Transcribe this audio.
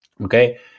okay